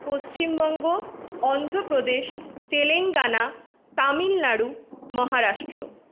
Paschimbanga Andhra Pradesh Telangana Tamil Nadu Maharashtra